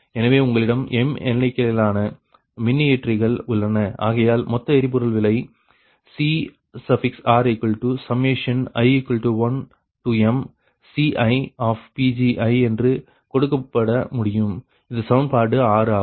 எனவே உங்களிடம் m எண்ணிக்கையிலான மின்னியற்றிகள் உள்ளன ஆகையால் மொத்த எரிபொருள் விலை CTi1mCi என்று கொடுக்கப்பட முடியும் இது சமன்பாடு 6 ஆகும்